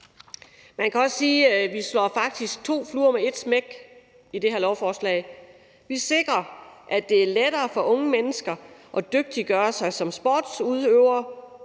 Man kan også sige, at vi faktisk slår to fluer med et smæk i det her lovforslag: Vi sikrer, at det er lettere for unge mennesker at dygtiggøre sig som sportsudøvere,